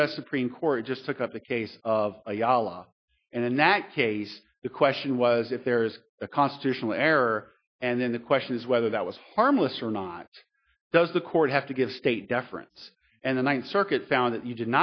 s supreme court just took up the case of ayala and in that case the question was if there is a constitutional error and then the question is whether that was harmless or not does the court have to give state deference and the ninth circuit found that you did